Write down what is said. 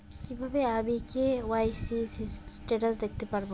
কিভাবে আমি KYC status দেখতে পারবো?